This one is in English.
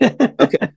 Okay